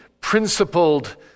principled